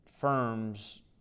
firms